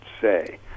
say